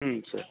ம் சரி